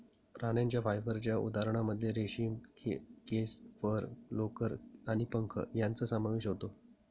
प्राण्यांच्या फायबरच्या उदाहरणांमध्ये रेशीम, केस, फर, लोकर आणि पंख यांचा समावेश होतो